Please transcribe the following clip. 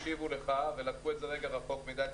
השיבו לך ולקחו את זה קצת רחוק מדי.